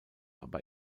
aber